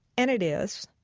and it is,